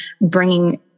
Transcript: bringing